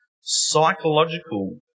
psychological